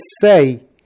say